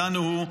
"לנו הוא.